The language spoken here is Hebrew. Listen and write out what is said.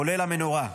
כולל המנורה,